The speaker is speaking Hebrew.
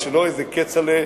ושלא איזה כצל'ה,